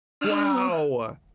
Wow